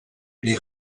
les